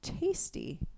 tasty